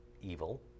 evil